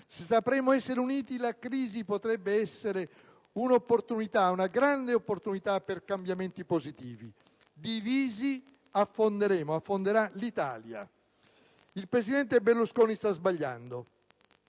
Se sapremo essere uniti, la crisi potrebbe essere una opportunità, una grande opportunità per cambiamenti positivi. Divisi affonderemo. Affonderà l'Italia. Il presidente Berlusconi sta sbagliando.